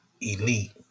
elite